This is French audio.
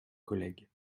collègue